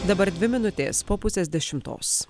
dabar dvi minutės po pusės dešimtos